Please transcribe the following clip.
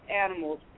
animals